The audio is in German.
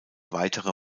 weitere